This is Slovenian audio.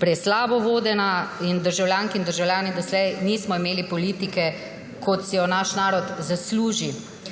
preslabo vodena in državljanke in državljani doslej nismo imeli politike, kot si jo naš narod zasluži.